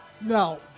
No